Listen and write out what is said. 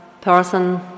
person